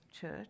church